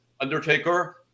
Undertaker